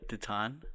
Titan